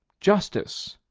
justice,